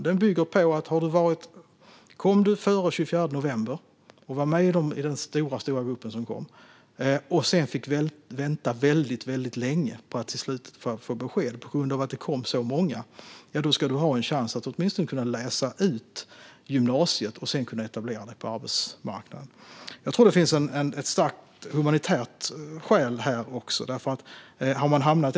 Den bygger på att de som kom i den stora gruppen före den 24 november 2015 och har fått vänta väldigt länge på besked - på grund av att det var så många som kom - åtminstone ska ha en chans att slutföra gymnasiet och etablera sig på arbetsmarknaden. Jag tror också att det finns ett starkt humanitärt skäl här.